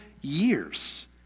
years